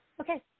Okay